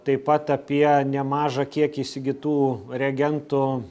taip pat apie nemažą kiekį įsigytų reagentų